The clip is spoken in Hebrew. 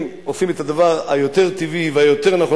עושים את הדבר היותר-טבעי והיותר-נכון,